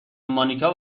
مانیکا